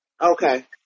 Okay